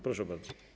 Proszę bardzo.